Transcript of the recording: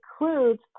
includes